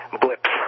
blips